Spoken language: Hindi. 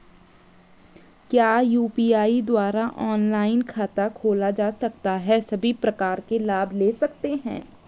क्या यु.पी.आई द्वारा ऑनलाइन खाता खोला जा सकता है सभी प्रकार के लाभ ले सकते हैं?